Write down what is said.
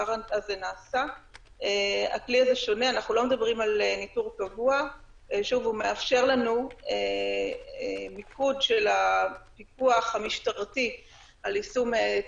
הזה: כמה הפרות בפועל קרו ומה הייתה האכיפה עד היום.